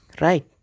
Right